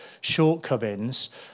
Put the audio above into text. shortcomings